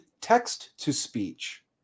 text-to-speech